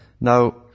Now